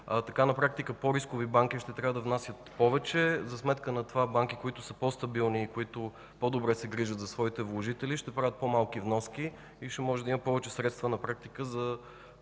Така на практика по-рискови банки ще трябва да внасят повече. За сметка на това банки, които са по-стабилни и които по-добре се грижат за своите вложители, ще правят по-малки вноски и ще може да има повече средства на практика за